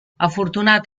afortunat